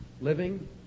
living